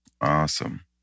Awesome